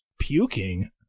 puking